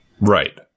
Right